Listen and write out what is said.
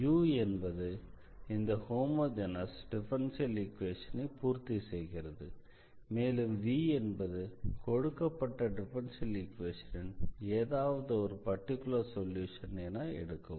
u என்பது இந்த homogeneous differential ஈக்வேஷனை பூர்த்தி செய்கிறது மேலும் v என்பது கொடுக்கப்பட்ட டிஃபரன்ஷியல் ஈக்வேஷனின் ஏதாவது ஒரு பர்டிகுலர் சொல்யூஷன் என எடுக்கவும்